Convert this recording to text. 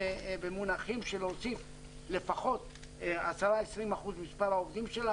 במונחים של להוסיף לפחות 10% או 20% ממספר העובדים שלה,